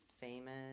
famous